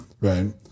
right